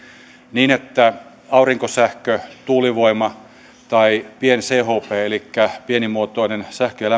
niin että aurinkosähkö tuulivoima tai pien chp elikkä pienimuotoinen sähkön ja